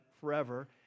forever